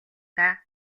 даа